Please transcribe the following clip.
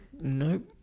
nope